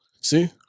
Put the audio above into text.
See